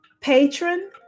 patron